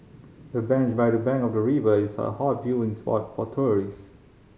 the bench by the bank of the river is a hot viewing spot for tourist